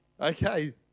Okay